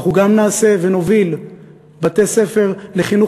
אנחנו גם נעשה ונוביל בתי-ספר לחינוך